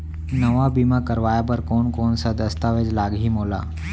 नवा बीमा करवाय बर कोन कोन स दस्तावेज लागही मोला?